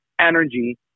energy